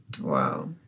wow